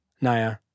Naya